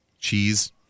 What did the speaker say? Cheese